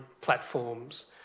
platforms